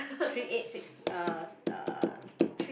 three eight six uh uh